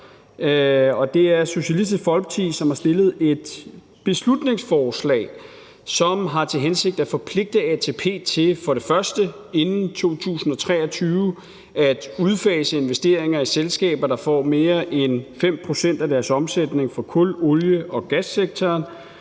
det er Socialistisk Folkeparti, som har fremsat beslutningsforslaget, som har til hensigt at forpligte ATP til for det første inden 2023 at udfase investeringer i selskaber, der får mere end 5 pct. af deres omsætning fra kul-, olie- og gassektoren,